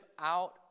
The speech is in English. out